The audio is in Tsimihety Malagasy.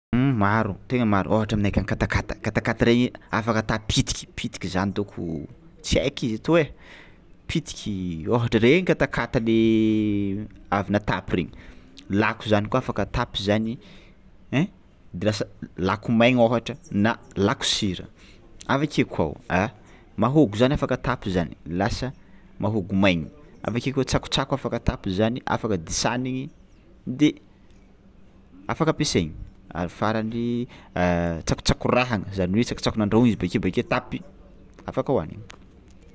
Umh maro, tegna maro ôhatra aminay akagny katakata, katakata regny afaka ata pitiky pitiky zany dônko tsy haiko izy etoy ai, pitiky ôhatra regny katakata le avy natapy regny; lako zany koa afaka atapy zany, hein de lasa lako maigna ôhatra na lako sira avy akeo koa o, ah mahôgo zany afaka atapy zany lasa mahôgo maigna avy akeo koa tsakotsako afaka atapy zany afaka disanigny de afaka ampiasaigny ary farany tsakotsakorahany zany hoe tsakotsako nandrahoy izy bakeo bakeo atapy afaka hohanigny.